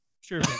sure